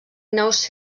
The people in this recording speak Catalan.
naus